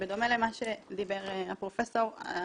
בדומה למה שדיבר פרופ' טרכטנברג,